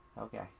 Okay